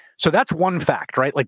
so that's one fact, right? like